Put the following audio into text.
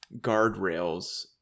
guardrails